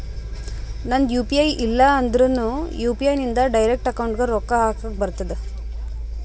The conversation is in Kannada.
ನಂದ್ ಯು ಪಿ ಐ ಇಲ್ಲ ಅಂದುರ್ನು ಯು.ಪಿ.ಐ ಇಂದ್ ಡೈರೆಕ್ಟ್ ಅಕೌಂಟ್ಗ್ ರೊಕ್ಕಾ ಹಕ್ಲಕ್ ಬರ್ತುದ್